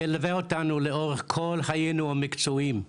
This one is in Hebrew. המלווה אותנו לאורך כל חיינו המקצועיים,